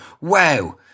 Wow